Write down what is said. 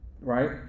right